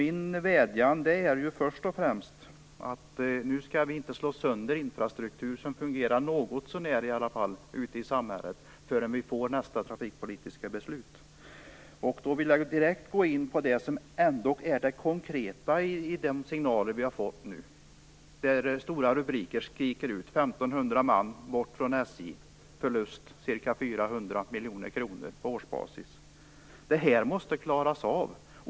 Min vädjan är först och främst att vi inte skall slå sönder infrastruktur som i alla fall något så när fungerar ute i samhället förrän nästa trafikpolitiska beslut är fattat. Jag vill direkt gå in på det konkreta i de signaler vi har fått nu. Stora rubriker skriker ut: 1 500 man bort från SJ. Förlust: ca 400 miljoner kronor på årsbasis. Detta måste klaras av!